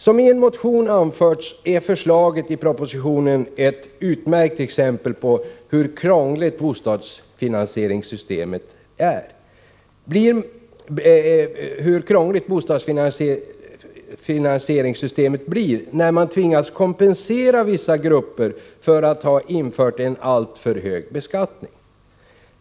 Som i en motion anförts är förslagen i propositionen ett utmärkt exempel på hur krångligt bostadsfinansieringssystemet blir när man tvingas kompensera vissa grupper för att ha infört en alltför hög beskattning.